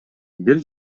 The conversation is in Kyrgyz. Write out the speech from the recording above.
бир